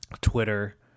Twitter